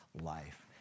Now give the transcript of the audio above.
life